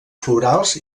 florals